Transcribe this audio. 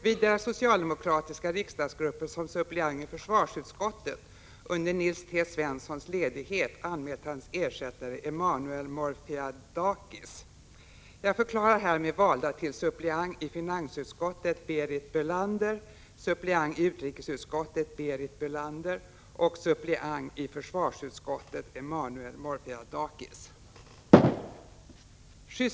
Vidare har socialdemokratiska riksdagsgruppen som suppleant i försvarsutskottet under Nils T Svenssons ledighet anmält hans ersättare Emmanuel Morfiadakis.